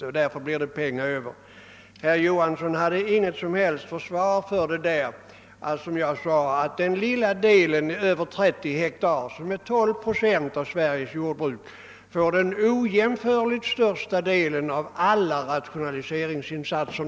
Därför blir det pengar över. ett ord till försvar för att den lilla del av Sveriges jordbruk som omfattar gårdar på över 30 hektar — det är 12 procent av Sveriges jordbruk — får den ojämförligt största delen av alla rationaliseringsinsatser.